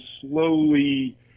slowly